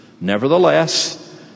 nevertheless